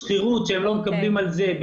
שכירות שהם לא מקבלים על זה.